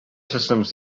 systems